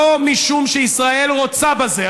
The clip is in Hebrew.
לא משום שישראל רוצה בזה,